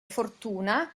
fortuna